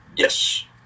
Yes